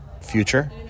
future